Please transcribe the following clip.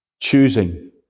choosing